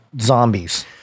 zombies